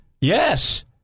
Yes